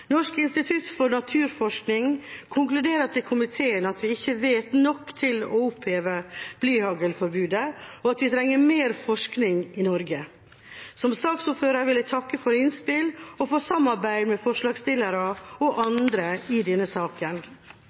Norsk institutt for naturforskning konkluderer med til komiteen at vi ikke vet nok til å oppheve blyhaglforbudet, og at vi trenger mer forskning i Norge. Som saksordfører vil jeg takke for innspill og for samarbeid med forslagsstillere og andre i denne saken.